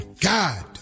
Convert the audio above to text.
God